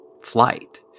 flight